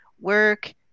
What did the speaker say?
work